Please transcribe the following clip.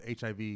HIV